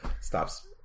stops